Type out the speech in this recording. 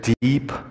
deep